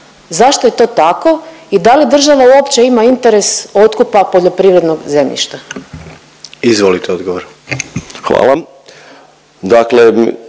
Zašto je to tako i da li država uopće ima interes otkupa poljoprivrednog zemljišta? **Jandroković, Gordan